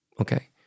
okay